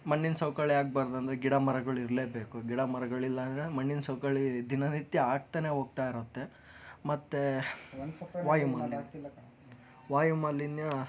ಮಣ್ಣಿನ ಸವಕಳಿ ಆಗ್ಬಾರ್ದು ಅಂದರೆ ಗಿಡ ಮರಗಳು ಇರಲೇ ಬೇಕು ಗಿಡ ಮರಗಳು ಇಲ್ಲ ಅಂದರೆ ಮಣ್ಣಿನ ಸವಕಳಿ ದಿನನಿತ್ಯ ಆಗ್ತಾನೆ ಹೋಗ್ತಾಯಿರುತ್ತೆ ಮತ್ತೆ ವಾಯು ಮಾಲಿನ್ಯ ವಾಯು ಮಾಲಿನ್ಯ